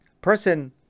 Person